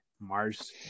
Mars